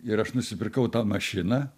ir aš nusipirkau tą mašiną